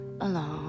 alone